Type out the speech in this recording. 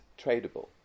tradable